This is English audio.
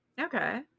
Okay